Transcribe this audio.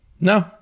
No